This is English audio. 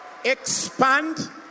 expand